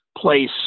place